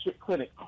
clinic